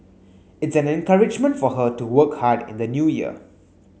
it's an encouragement for her to work hard in the new year